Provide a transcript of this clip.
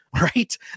right